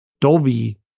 Dolby